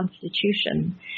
constitution